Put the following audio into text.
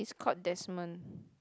he's called Desmond